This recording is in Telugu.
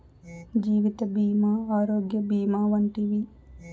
జీవిత భీమా ఆరోగ్య భీమా వంటివి